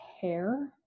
hair